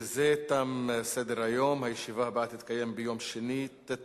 בזה תם סדר-היום, הישיבה הבאה תתקיים ביום שני, ט'